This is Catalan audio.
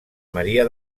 maria